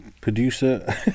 producer